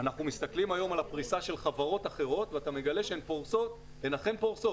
אנחנו מסתכלים היום על הפריסה של חברות אחרות ואתה מגלה שהן אכן פורסות.